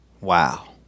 Wow